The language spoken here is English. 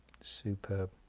Superb